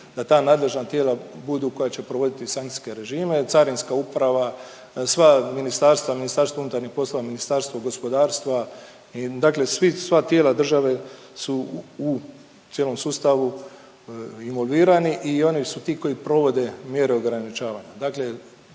da ta nadležna tijela budu koja će provoditi sankcijske režime, Carinska uprava, sva ministarstva, MUP Ministarstvo gospodarstva i dakle sva tijela države su u cijelom sustavu involvirani i oni su ti koji provode mjere ograničavanja,